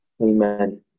Amen